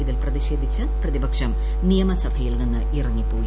ഇതിൽ പ്രതിഷേധിച്ച് പ്രതിപക്ഷം നിയമസഭയിൽ നിന്ന് ഇറങ്ങിപ്പോയി